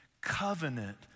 covenant